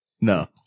No